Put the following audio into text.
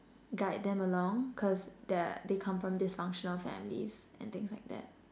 guide them along cause they're they come from dysfunctional families and things like that